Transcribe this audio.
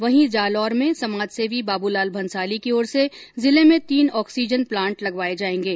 वहीं जालोर में समाजसेवी बाबूलाल भंसाली की ओर से जिले में तीन ऑक्सीजन प्लांट लगवाये जायेंगे